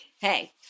Hey